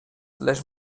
les